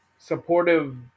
supportive